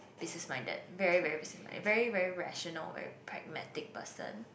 business minded very very business minded very very rational very pragmatic person